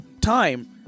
time